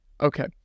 Okay